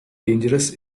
dangerous